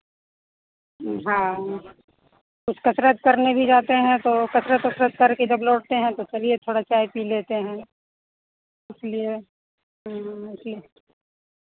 हाँ कुछ कसरत करने भी जाते हैं तो कसरत वसरत करके जब लौटते हैं तो चलिए थोड़ा चाय पी लेते हैं इसलिए हाँ इसी